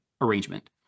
arrangement